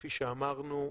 כפי שאמרנו,